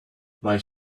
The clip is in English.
might